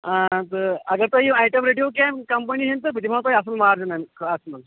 آ تہٕ اَگر تُہۍ یِم اَیِٹَم رٔٹِو کیٚنٛہہ کَمپٕنی ہٕنٛز بہٕ دِمو تۅہہِ اَصٕل مارجَن حظ اَتھ منٛز